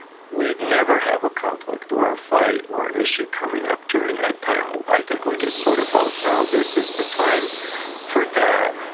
we've never have a conflict, or a fight, or an issue coming up during that time. i think we just sort of both know this is the time for that,